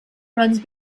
runs